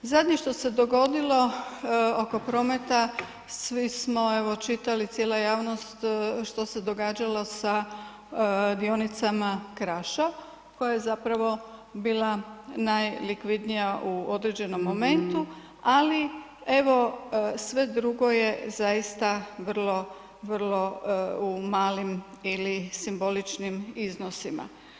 Zadnje što se dogodilo oko prometa svi smo evo čitali cijela javnost što se događalo sa dionicama Kraša koja je zapravo bila najlikvidnija u određenom momentu, ali evo sve drugo je zaista vrlo, vrlo u malim ili simboličnim iznosima.